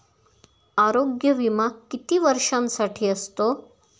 आरोग्य विमा किती वर्षांसाठी असतो?